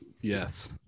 Yes